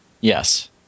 Yes